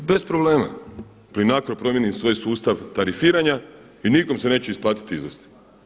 Pa bez problema Plinacro promijeni svoj sustav tarifiranja i nikom se neće isplatiti izvesti.